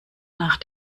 nach